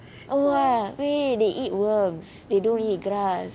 oh ya wait they eat worms they don't eat grass